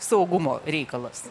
saugumo reikalas